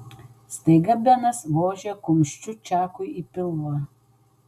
staiga benas vožė kumščiu čakui į pilvą